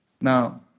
Now